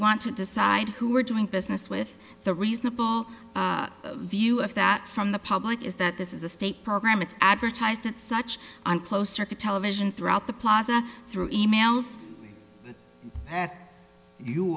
want to decide who we're doing business with the reasonable view of that from the public is that this is a state program it's advertised it's such on close circuit television throughout the plaza through e mails that you